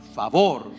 favor